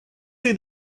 see